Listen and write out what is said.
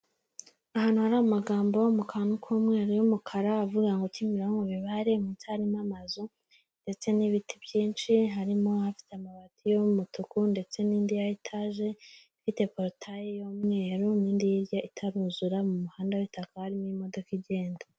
Ahantu hari amagambo mu kantu k'umweru y'umukara avuga ngo Kimironko, Bibare. Munsi harimo amazu ndetse n'ibiti byinshi, harimo afite amabati y'umutuku ndetse n'indi ya etage ifite porotaye y'umweru n'indi hirya itaruzura, mu muhanda w'itaka harimo imodoka igenda.